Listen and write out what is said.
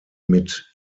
mit